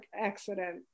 accident